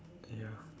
ya